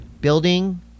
building